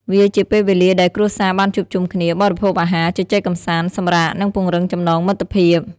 វាជាពេលវេលាដែលគ្រួសារបានជួបជុំគ្នា បរិភោគអាហារ ជជែកកម្សាន្ត សម្រាក និងពង្រឹងចំណងមិត្តភាព។